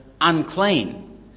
unclean